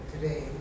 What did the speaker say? today